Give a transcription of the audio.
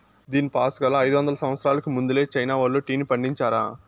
దీనిపాసుగాలా, అయిదొందల సంవత్సరాలకు ముందలే చైనా వోల్లు టీని పండించారా